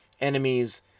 enemies